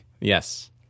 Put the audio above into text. Yes